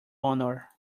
honor